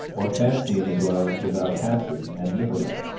or fancy in the dwellings of aucassin and nicolette.